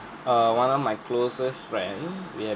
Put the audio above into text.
err one of my closest friend we have